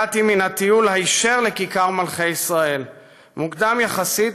הגעתי מן הטיול היישר לכיכר מלכי ישראל מוקדם יחסית,